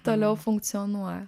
toliau funkcionuoja